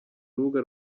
urubuga